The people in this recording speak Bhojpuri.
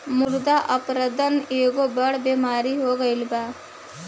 मृदा अपरदन एगो बड़ बेमारी हो गईल बा